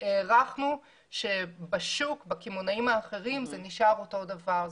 הערכנו שבשוק, בקמעונאים האחרים זה נשאר אותו דבר.